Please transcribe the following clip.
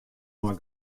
mei